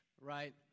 right